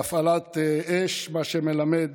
בהפעלת אש, מה שמלמד